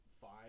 five